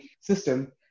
system